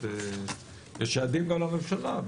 יש יעדים גם לממשלה,